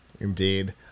Indeed